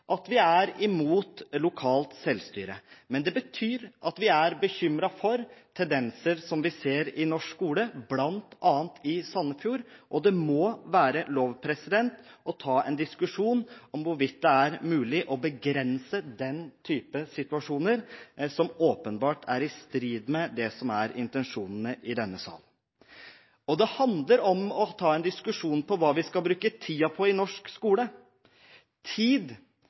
at vi er imot lokalt selvstyre. Men det betyr at vi er bekymret for tendenser som vi ser i norsk skole, bl.a. i Sandefjord, og det må være lov til å ta en diskusjon om hvorvidt det er mulig å begrense den type situasjoner som åpenbart er i strid med det som er intensjonene i denne sal. Det handler om å ta en diskusjon om hva vi skal bruke tiden på i norsk skole, tid